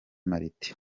martin